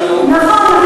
נכון,